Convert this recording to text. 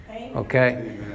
okay